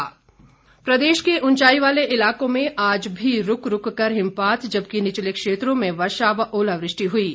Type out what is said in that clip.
मौसम प्रदेश के उंचाई वाले इलाकों में आज भी रूक रूक कर हिमपात जबकि निचले क्षेत्रों में वर्षा व ओलावृष्टि हुई है